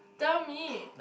tell me